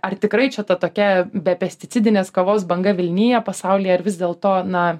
ar tikrai čia ta tokia be pesticidinės kavos banga vilnyja pasaulyje ar vis dėl to na